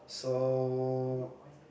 so